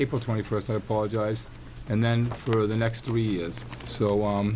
april twenty first apologized and then for the next three years so